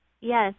Yes